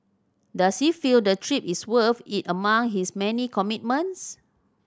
does he feel the trip is worth it among his many commitments